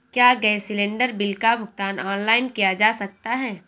क्या gas cylinder bill का भुगतान ऑनलाइन किया जा सकता है?